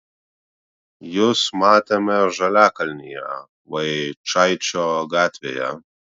jus matėme žaliakalnyje vaičaičio gatvėje